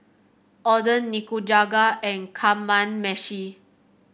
Oden Nikujaga and Kamameshi